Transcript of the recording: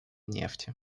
нефти